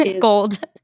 gold